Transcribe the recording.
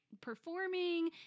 performing